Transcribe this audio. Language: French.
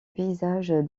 paysage